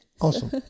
awesome